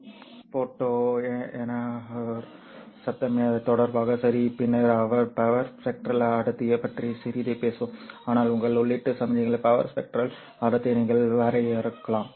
photo எண்டோவ் சத்தம் தொடர்பாக சரி பின்னர் பவர் ஸ்பெக்ட்ரல் அடர்த்தியைப் பற்றி சிறிது பேசும் ஆனால் உங்கள் உள்ளீட்டு சமிக்ஞைக்கான பவர் ஸ்பெக்ட்ரல் அடர்த்தியை நீங்கள் வரையறுக்கலாம்